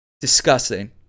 Disgusting